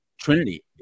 Trinity